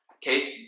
case